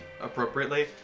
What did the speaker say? appropriately